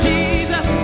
Jesus